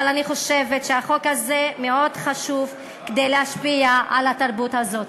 אבל אני חושבת שהחוק הזה מאוד חשוב כדי להשפיע על התרבות הזו.